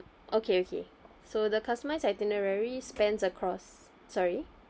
okay okay so the customer's itinerary spans across sorry